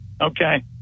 Okay